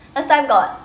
last time got